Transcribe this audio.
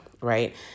right